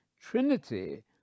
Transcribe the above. Trinity